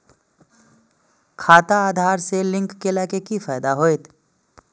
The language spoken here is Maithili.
खाता आधार से लिंक केला से कि फायदा होयत?